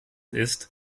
ist